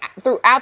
throughout